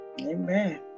Amen